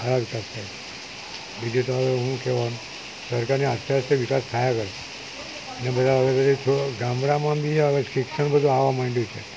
સારા વિકાસ થયા બીજું તો હવે શું કહેવાનું સરકારને આસ્તે આસ્તે વિકાસ થયા કરે ને બધા હવે હવે થોડા ગામડામાં બી હવે શિક્ષણ બધું આવવા માંડ્યું છે